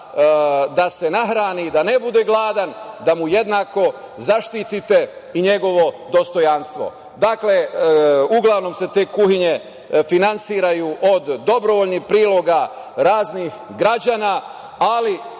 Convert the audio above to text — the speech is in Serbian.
da se nahrani i da ne bude gladan, da mu jednako zaštitite i njegovo dostojanstvo. Uglavnom se te kuhinje finansiraju od dobrovoljnih priloga raznih građana, ali